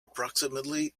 approximately